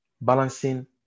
Balancing